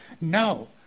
No